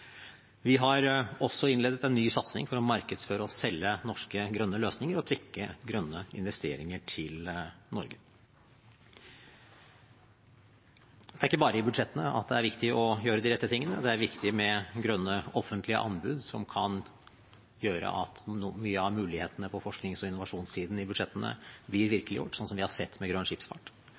Vi har også innledet en ny satsing for å markedsføre og selge norske grønne løsninger og trekke grønne investeringer til Norge. Det er ikke bare i budsjettene det er viktig å gjøre de rette tingene. Det er viktig med grønne offentlige anbud som kan gjøre at mange av mulighetene på forsknings- og innovasjonssiden i budsjettene blir virkeliggjort, sånn som vi har sett med grønn skipsfart.